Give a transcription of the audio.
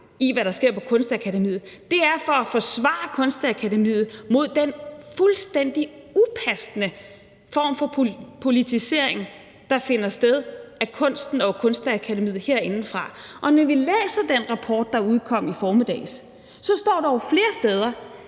i, hvad der sker på Kunstakademiet. Det er for at forsvare Kunstakademiet mod den fuldstændig upassende form for politisering af kunsten og Kunstakademiet, der finder sted herindefra. Og når vi læser den rapport, der udkom i formiddag, står der jo flere steder,